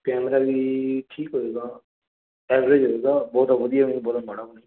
camera ਠੀਕ ਹੋਗਾ average ਹੋਏਗਾ ਬਹੁਤ ਵਧੀਆ ਵੀ ਨਹੀ